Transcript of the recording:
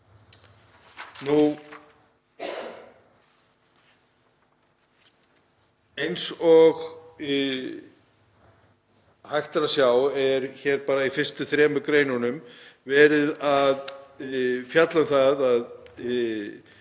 Eins og hægt er að sjá er hér bara í fyrstu þremur greinunum verið að fjalla um það